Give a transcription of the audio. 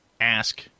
ask